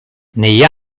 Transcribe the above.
negli